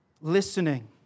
Listening